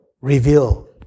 reveal